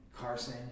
Carson